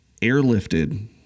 airlifted